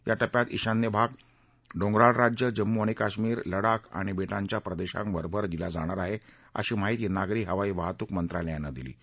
या टप्प्यात ईशान्य भाग डोंगराळ राज्य जम्मू आणि काश्मीर लडाख आणि बेटांच्या प्रदेशांवर भर दिला जाणार आहे अशी माहिती नागरी हवाई वाहतूक मंत्रालयानं दिली आहे